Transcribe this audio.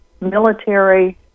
military